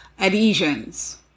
adhesions